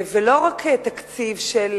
ולא רק תקציב של